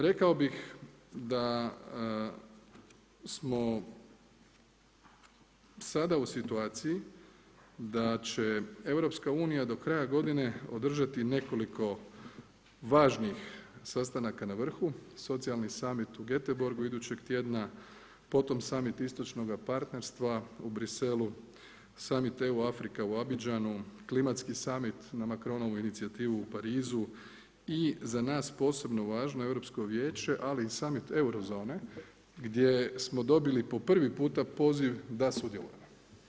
Rekao bih da smo sada u situaciji da će Europska unija do kraja godine održati nekoliko važnih sastanaka na vrhu – socijalni summit u Göteborgu idućeg tjedna, potom summit istočnoga partnerstva u Bruxellesu, summit EU Afrika u Abidjanu, klimatski summit na Macronovu inicijativu u Parizu i za nas posebno važna Europsko vijeće ali i summit eurozone gdje smo dobili po prvi puta poziv da sudjelujemo.